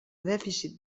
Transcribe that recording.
dèficit